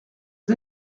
les